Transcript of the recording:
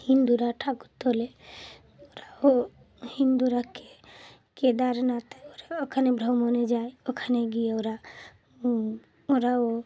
হিন্দুরা ঠাকুর তোলে ওরাও হিন্দুকে কেদারনাথে ওরা ওখানে ভ্রমণে যায় ওখানে গিয়ে ওরা ওরাও